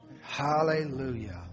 Hallelujah